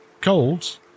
cold